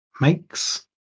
makes